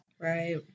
Right